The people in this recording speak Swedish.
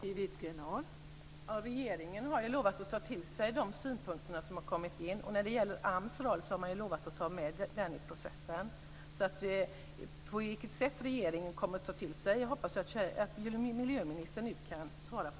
Fru talman! Regeringen har lovat att ta till sig de synpunkter som har kommit in. Man har också lovat att ta med AMS roll i processen. Frågan om på vilket sätt regeringen kommer att ta till sig detta hoppas jag att miljöministern kan svara på.